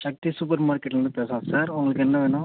சக்தி super மார்க்கெட்லேருந்து பேசுகிறோம் sir உங்களுக்கு என்ன வேணும்